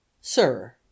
Sir